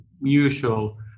mutual